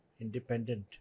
independent